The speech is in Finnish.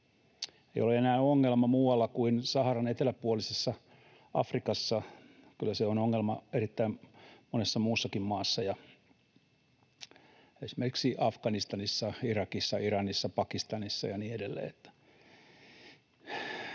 ei ole enää ongelma muualla kuin Saharan eteläpuolisessa Afrikassa. Kyllä se on ongelma erittäin monessa muussakin maassa, esimerkiksi Afganistanissa, Irakissa, Iranissa, Pakistanissa ja niin edelleen.